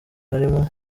harimo